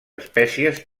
espècies